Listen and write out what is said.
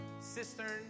cistern